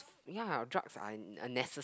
ya drugs are in a necessa